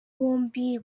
bombi